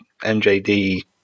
MJD